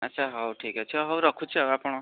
ଆଚ୍ଛା ହଉ ଠିକ୍ ଅଛି ହଉ ରଖୁଛି ଆଉ ଆପଣ